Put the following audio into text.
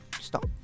Stop